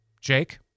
Jake